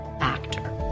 actor